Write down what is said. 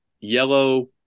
yellow